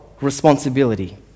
responsibility